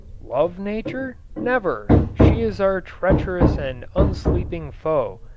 love nature? never! she is our treacherous and unsleeping foe,